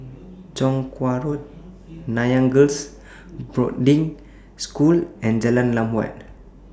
Chong Kuo Road Nanyang Girls' Boarding School and Jalan Lam Huat